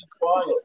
quiet